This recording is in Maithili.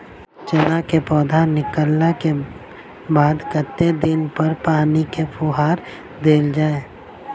चना केँ पौधा निकलला केँ बाद कत्ते दिन पर पानि केँ फुहार देल जाएँ?